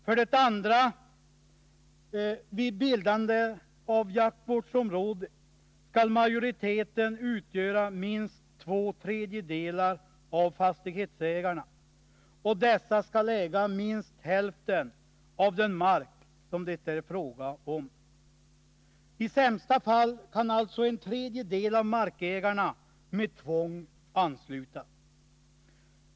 För det andra: Vid bildande av jaktvårdsområde skall majoriteten utgöra minst två tredjedelar av fastighetsägarna, och dessa skall äga minst hälften av den mark som det är fråga om. I sämsta fall kan alltså en tredjedel av markägarna anslutas med tvång.